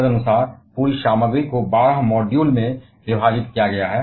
तदनुसार पूरी सामग्री को बारह मॉड्यूल में विभाजित किया गया है